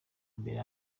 mbere